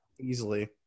Easily